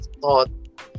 thought